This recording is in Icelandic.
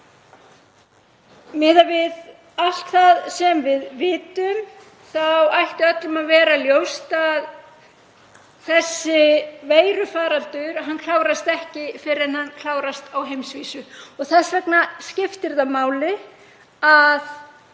Miðað við allt það sem við vitum ætti öllum að vera ljóst að þessi veirufaraldur klárast ekki fyrr en hann klárast á heimsvísu. Þess vegna skiptir máli að